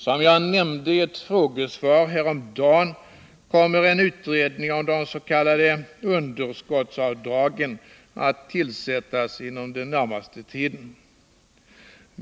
Som jag nämnde i ett frågesvar häromdagen kommer en utredning om de s.k. underskottsavdragen att tillsättas inom den närmaste tiden.